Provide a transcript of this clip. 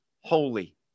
holy